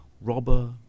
robber